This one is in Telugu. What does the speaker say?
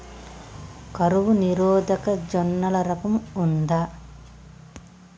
కరువు నిరోధక జొన్నల రకం ఉందా?